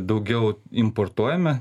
daugiau importuojame